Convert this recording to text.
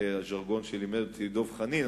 זה הז'רגון שלימד אותי דב חנין,